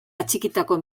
atxikitako